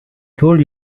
told